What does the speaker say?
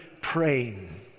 praying